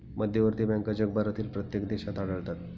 मध्यवर्ती बँका जगभरातील प्रत्येक देशात आढळतात